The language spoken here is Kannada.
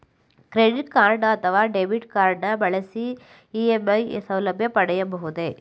ಕ್ರೆಡಿಟ್ ಕಾರ್ಡ್ ಅಥವಾ ಡೆಬಿಟ್ ಕಾರ್ಡ್ ಬಳಸಿ ಇ.ಎಂ.ಐ ಸೌಲಭ್ಯ ಪಡೆಯಬಹುದೇ?